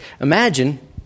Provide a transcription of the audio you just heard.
Imagine